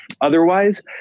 Otherwise